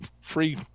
free